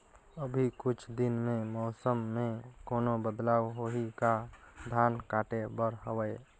अभी कुछ दिन मे मौसम मे कोनो बदलाव होही का? धान काटे बर हवय?